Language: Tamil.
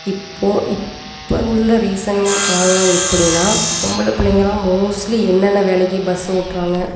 இப்போது இப்போ உள்ள ரீசென்ட் காலம் எப்படின்னா பொம்பளை பிள்ளைங்கதான் மோஸ்ட்லி என்னன்ன வேலைக்கு பஸ்ஸு ஓட்டுறாங்க